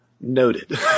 Noted